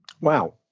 Wow